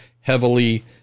heavily